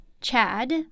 Chad